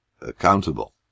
accountable